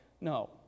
No